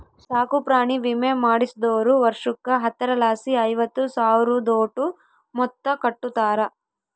ಸಾಕುಪ್ರಾಣಿ ವಿಮೆ ಮಾಡಿಸ್ದೋರು ವರ್ಷುಕ್ಕ ಹತ್ತರಲಾಸಿ ಐವತ್ತು ಸಾವ್ರುದೋಟು ಮೊತ್ತ ಕಟ್ಟುತಾರ